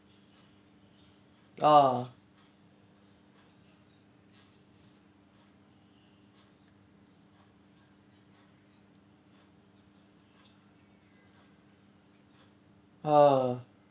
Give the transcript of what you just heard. ah ah